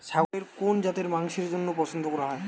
ছাগলের কোন জাতের মাংসের জন্য পছন্দ করা হয়?